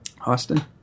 Austin